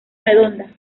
redonda